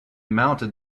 mounted